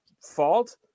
fault